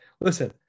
Listen